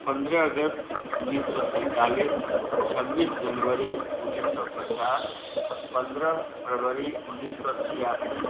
पनरह अगस्त उनैस सओ सैँतालिस छब्बीस जनवरी उनैस सओ पचास पनरह फरवरी उनैस सओ छिआसी